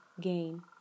gain